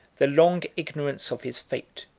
the long ignorance of his fate,